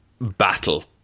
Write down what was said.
battle